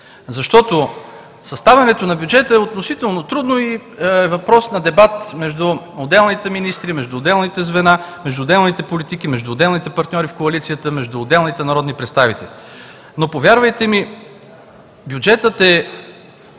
Съставянето на бюджета е относително трудно и е въпрос на дебат между отделните министри, между отделните звена, между отделните политики, между отделните партньори в коалицията, между отделните народни представители. Но, повярвайте ми, бюджетът е…